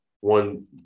one